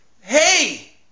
hey